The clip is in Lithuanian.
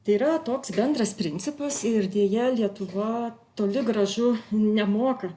tai yra toks bendras principas ir deja lietuva toli gražu nemoka